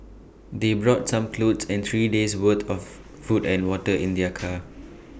they brought some clothes and three days worth of food and water in their car